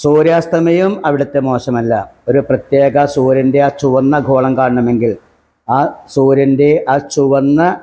സൂര്യാസ്തമയം അവിടുത്തെ മോശമല്ല ഒരു പ്രത്യേക സൂര്യൻ്റെ ആ ചുവന്ന ഗോളം കാണണമെങ്കിൽ ആ സൂര്യൻ്റെ ആ ചുവന്ന